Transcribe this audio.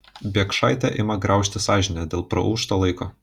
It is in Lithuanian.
biekšaitę ima graužti sąžinė dėl praūžto laiko